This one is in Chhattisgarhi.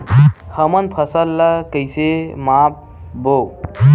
हमन फसल ला कइसे माप बो?